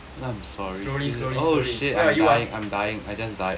slowly slowly slowly where are you ah